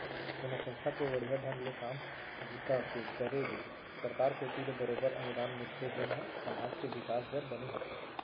कोनो संस्था के बड़िहा ढंग ले काम बूता के करे ले सरकार कोती ले बरोबर अनुदान मिलथे जेन ह समाज के बिकास बर बने होथे